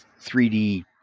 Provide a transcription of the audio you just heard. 3D